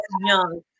young